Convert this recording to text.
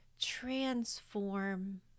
transform